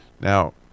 Now